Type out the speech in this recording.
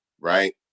right